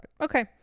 Okay